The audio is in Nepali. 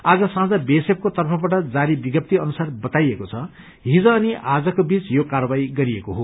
आज साँझ बीएसएफको तर्फबाट जारी विज्ञप्ती अनुसार बताइएको छ हिज अनि आजको बीच यो कार्वाही गरिएको हो